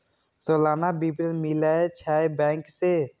सलाना विवरण मिलै छै बैंक से?